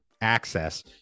access